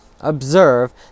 Observe